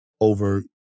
over